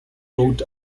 taught